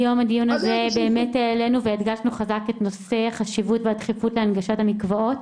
בדיון הזה באמת על החשיבות והדחיפות בהנגשת המקוואות.